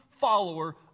follower